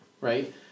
right